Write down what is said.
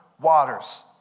Waters